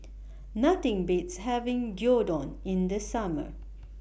Nothing Beats having Gyudon in The Summer